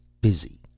busy